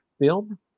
Film